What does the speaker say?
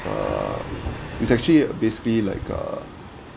err it's actually basically like uh e